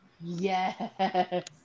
Yes